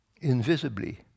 invisibly